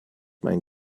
mein